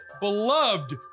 beloved